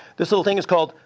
this little thing is called,